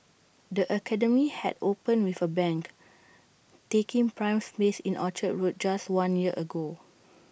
the academy had opened with A bang taking prime space in Orchard road just one year ago